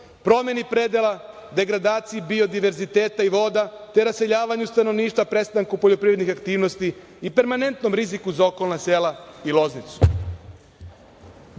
promeni predela, degradaciji biodiverziteta i voda, te raseljavanju stanovništva, prestanku poljoprivrednih aktivnosti i permanentnom riziku za okolna sela i Loznicu. Dakle,